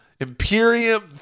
Imperium